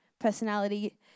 Personality